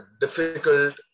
difficult